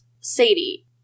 sadie